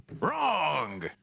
Wrong